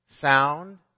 Sound